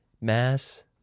mass